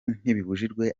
ntibibujijwe